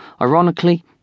Ironically